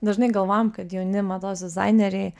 dažnai galvojam kad jauni mados dizaineriai